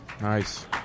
Nice